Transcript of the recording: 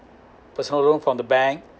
personal loan from the bank